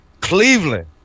Cleveland